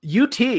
ut